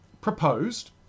proposed